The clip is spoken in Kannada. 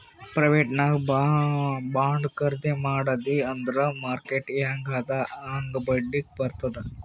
ಪ್ರೈವೇಟ್ ನಾಗ್ ಬಾಂಡ್ ಖರ್ದಿ ಮಾಡಿದಿ ಅಂದುರ್ ಮಾರ್ಕೆಟ್ ಹ್ಯಾಂಗ್ ಅದಾ ಹಾಂಗ್ ಬಡ್ಡಿ ಬರ್ತುದ್